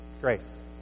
grace